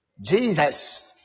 Jesus